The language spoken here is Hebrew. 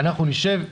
אנחנו נשב,